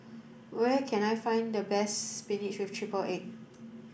where can I find the best spinach with triple egg